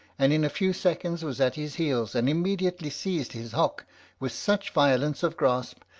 and in a few seconds was at his heels, and immediately seized his hock with such violence of grasp,